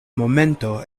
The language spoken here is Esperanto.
momento